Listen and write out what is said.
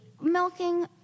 milking